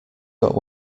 got